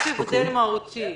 יש הבדל מהותי